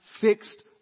fixed